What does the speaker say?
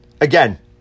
Again